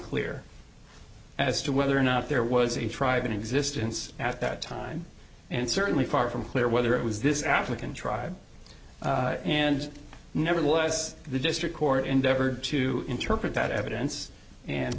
clear as to whether or not there was a tribe in existence at that time and certainly far from clear whether it was this african tribe and never was the district court endeavored to interpret that evidence and